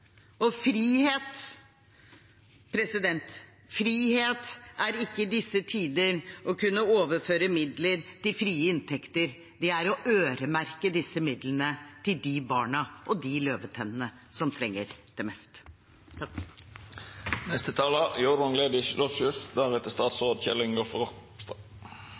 Frihet er ikke i disse tider å overføre midler til frie inntekter, det er å øremerke disse midlene til de barna og de løvetennene som trenger det mest.